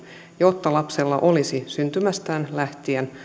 jotta lapsella olisi syntymästään lähtien